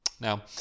Now